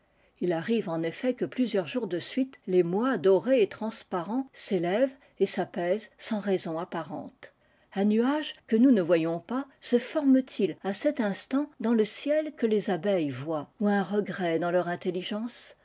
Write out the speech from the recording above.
il arrive en effet que plusieurs jours de suite l'émoi doré et transparent s'élève fit s'apaise sans raison apparente un nuage c e nous ne voyons pas se forme t il à cet insta dans le ciel que les abeilles voient ou er regret dans leur intelligence